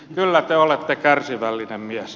kyllä te olette kärsivällinen mies